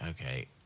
okay